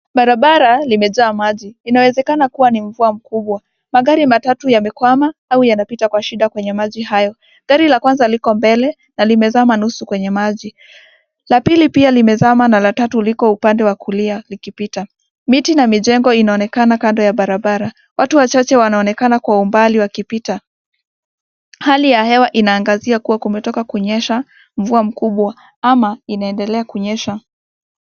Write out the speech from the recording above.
Barabara limejaa maji. Inawezekana kuwa ni mvua mkubwa. Magari matatu yamekwama au yanapita kwa shida kwenye maji hayo. Gari la kwanza liko mbele na limezama nusu kwenye maji. La pili pia limezama na la tatu liko upande wa kulia likipita. Miti na majengo inaonekana kando ya barabara. Watu wachache wanaonekana kwa umbali wakipita. Hali ya hewa inaangazia kuwa kumetoka kunyesha mvua mkubwa ama inaendelea kunyesha.